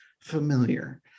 familiar